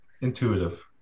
intuitive